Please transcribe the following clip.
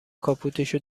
کاپوتشو